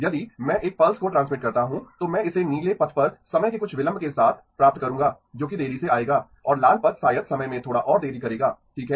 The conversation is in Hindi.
यदि मैं एक पल्स को ट्रांसमिट करता हूं तो मैं इसे नीले पथ पर समय के कुछ विलंब के साथ प्राप्त करूंगा जो कि देरी से आएगा और लाल पथ शायद समय में थोड़ा और देरी करेगा ठीक है